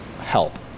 help